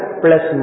plus